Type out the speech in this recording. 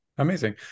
Amazing